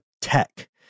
Tech